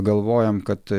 galvojam kad